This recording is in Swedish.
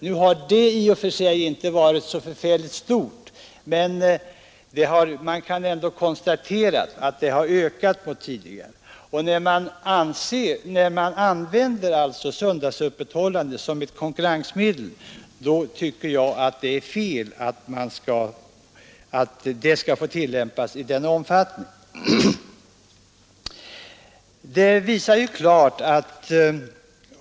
Nå, den verksamheten har i och för sig inte varit så förfärligt omfattande, men man kan ändå konstatera att den ökat jämfört med tidigare. Här använder man alltså söndagsöppet som ett konkurrensmedel, och jag tycker att det är fel att det skall få ske i sådan omfattning.